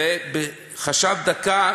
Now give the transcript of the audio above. חשב דקה,